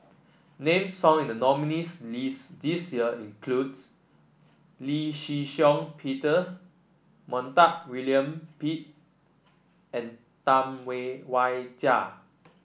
names found in the nominees' list this year includes Lee Shih Shiong Peter Montague William Pett and Tam Wai Jia